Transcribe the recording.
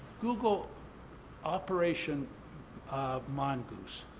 google operation mongoose.